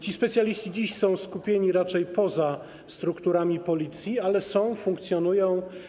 Ci specjaliści dziś są skupieni raczej poza strukturami Policji, ale są, funkcjonują.